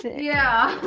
yeah.